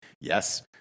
yes